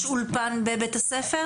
יש אולפן בבית הספר?